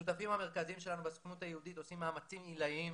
השותפים המרכזיים שלנו בסוכנות היהודית עושים מאמצים עילאיים